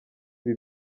ibi